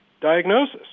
diagnosis